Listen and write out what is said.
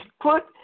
put